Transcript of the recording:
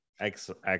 excellent